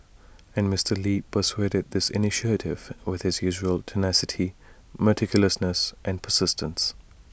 and Mister lee pursuaded this initiative with his usual tenacity meticulousness and persistence